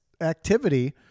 activity